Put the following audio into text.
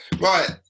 Right